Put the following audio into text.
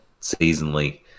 seasonally